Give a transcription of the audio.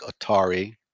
Atari